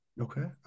Okay